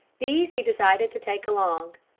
these he decided to take along.